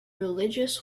religious